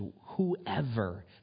whoever